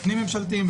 פנים ממשלתיים,